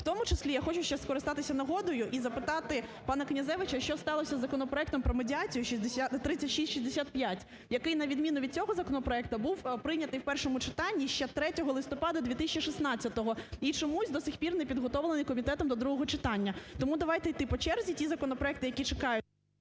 В тому числі я хочу ще скористатися нагодою і запитати пана Князевича, що сталося з законопроектом про медіацію (3665), який на відміну від цього законопроекту був прийнятий в першому читанні ще 3 листопада 2016 і чомусь до цих пір не підготовлений комітетом до другого читання. Тому давайте йти по черзі ті законопроекти, які чекають…